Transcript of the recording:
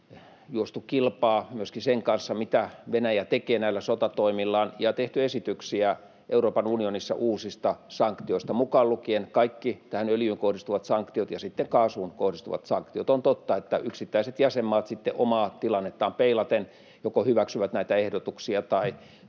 juostu kilpaa myöskin sen kanssa, mitä Venäjä tekee näillä sotatoimillaan, ja tehty esityksiä Euroopan unionissa uusista sanktioista mukaan lukien kaikki öljyyn kohdistuvat sanktiot ja kaasuun kohdistuvat sanktiot. On totta, että yksittäiset jäsenmaat sitten omaa tilannettaan peilaten joko hyväksyvät näitä ehdotuksia tai